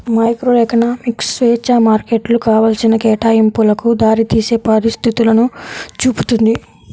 microeconomics స్వేచ్ఛా మార్కెట్లు కావాల్సిన కేటాయింపులకు దారితీసే పరిస్థితులను చూపుతుంది